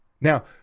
now